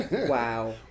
Wow